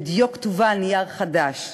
לדיו כתובה על נייר חדש,